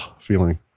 feeling